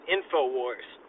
InfoWars